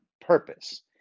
purpose